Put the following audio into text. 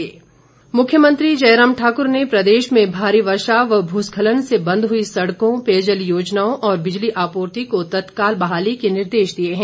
मुख्यमंत्री मुख्यमंत्री जयराम ठाकुर ने प्रदेश में भारी वर्षा व भूस्खलन से बंद हुई सड़कों पेयजल योजनाओं और बिजली आपूर्ति को तत्काल बहाली के निर्देश दिए हैं